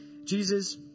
Jesus